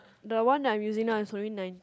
the one that I am using now is only nineteen